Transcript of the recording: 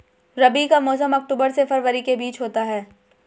रबी का मौसम अक्टूबर से फरवरी के बीच होता है